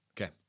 Okay